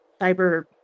cyber